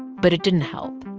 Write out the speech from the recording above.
but it didn't help.